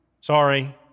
sorry